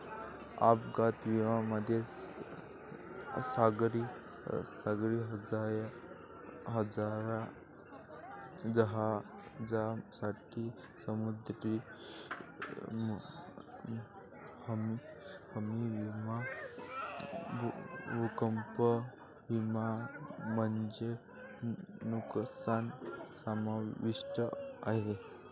अपघात विम्यामध्ये सागरी जहाजांसाठी समुद्री हमी विमा भूकंप विमा मध्ये नुकसान समाविष्ट आहे